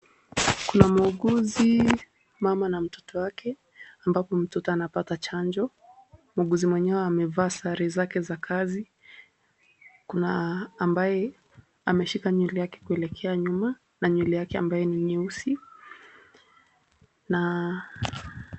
Kuna muuguzi, mama na mtoto wake ambapo mtoto amepata chanjo na muuguzi mwenyewe amevaa sare zake za kazi kuna ambaye ameshika nywele yake kuelekea nyuma na nywele wake ambaye ni nyeusi.